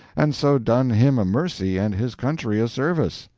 and so done him a mercy and his country a service.